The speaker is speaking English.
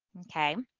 okay?